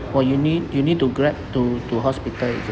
orh you need you need to grab to to hospital is it